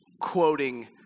quoting